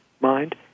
mind